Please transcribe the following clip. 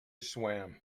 swam